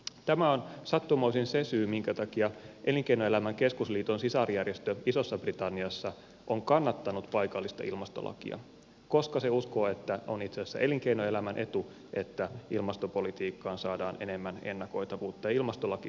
tämä on sattumoisin se syy minkä takia elinkeinoelämän keskusliiton sisarjärjestö isossa britanniassa on kannattanut paikallista ilmastolakia koska se uskoo että on itse asiassa elinkeinoelämän etu että ilmastopolitiikkaan saadaan enemmän ennakoitavuutta ja ilmastolaki sitä voi tuoda